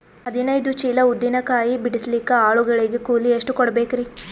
ಹದಿನೈದು ಚೀಲ ಉದ್ದಿನ ಕಾಯಿ ಬಿಡಸಲಿಕ ಆಳು ಗಳಿಗೆ ಕೂಲಿ ಎಷ್ಟು ಕೂಡಬೆಕರೀ?